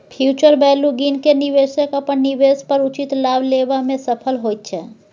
future value गिन केँ निबेशक अपन निबेश पर उचित लाभ लेबा मे सफल होइत छै